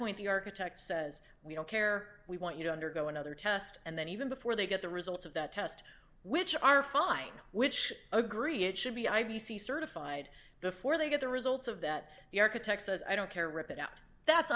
point the architect says we don't care we want you to undergo another test and then even before they get the results of that test which are fine which agree it should be i p c certified before they get the results of that the architect says i don't care rip it out that's